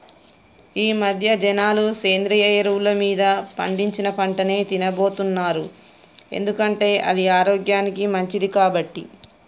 ఈమధ్య జనాలు సేంద్రియ ఎరువులు మీద పండించిన పంటనే తిన్నబోతున్నారు ఎందుకంటే అది ఆరోగ్యానికి మంచిది కాబట్టి